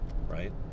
right